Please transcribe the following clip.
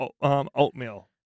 oatmeal